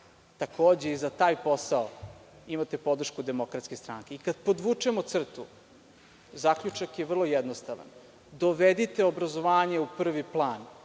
Takođe, za taj posao imate podršku DS.Kada podvučemo crtu zaključak je vrlo jednostavan. Dovedite obrazovanje u prvi plan,